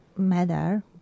matter